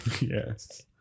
Yes